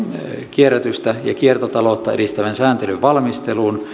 kierrätystä ja kiertotaloutta edistävän sääntelyn valmisteluun